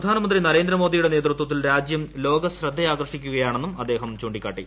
പ്രധാനമന്ത്രി നരേന്ദ്രമോദിയുടെ നേതൃത്വത്തിൽ രാജ്യം ലോക ശ്രദ്ധയാകർഷിക്കുകയാണെന്നും അദ്ദേഹം ചൂണ്ടിക്കാട്ടി